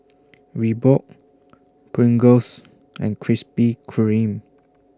Reebok Pringles and Krispy Kreme